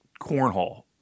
cornhole